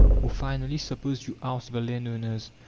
or, finally, suppose you oust the landowners,